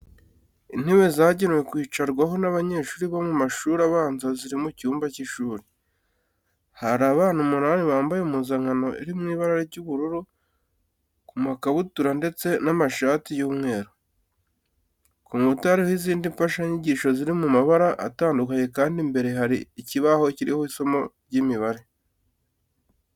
Intebe zagenewe kwicarwaho n'abanyeshuri bo mu mashuri abanza ziri mu cyumba cy'ishuri. Hari abana umunani bambaye impuzankano iri mu ibara ry'ubururu ku makabutura ndetse n'amashati y'umweru. Ku nkuta hariho izindi mfashanyigisho ziri mu mabara atandukanye kandi imbere hari ikibaho kiriho isomo ry'imibare.